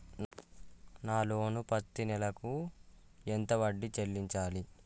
నా లోను పత్తి నెల కు ఎంత వడ్డీ చెల్లించాలి?